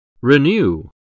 Renew